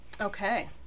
Okay